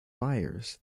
fires